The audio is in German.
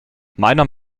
meiner